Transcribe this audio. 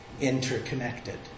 interconnected